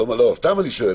סתם אני שואל.